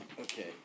Okay